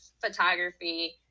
photography